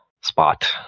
spot